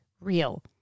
real